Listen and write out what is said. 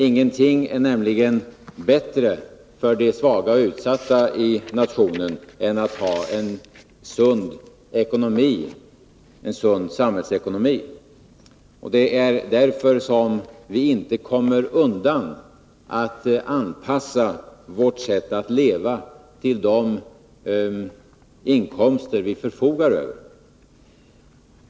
Ingenting är nämligen bättre för de svaga och utsatta i nationen än att ha en sund samhällsekonomi, och det är därför som vi inte kommer undan att anpassa vårt sätt att leva till de inkomster vi förfogar över.